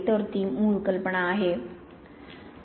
तर ती मूळ कल्पना आहे